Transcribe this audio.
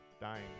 dying